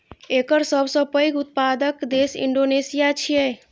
एकर सबसं पैघ उत्पादक देश इंडोनेशिया छियै